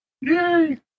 Yay